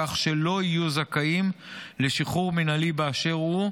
כך שלא יהיו זכאים לשחרור מינהלי באשר הוא.